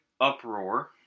uproar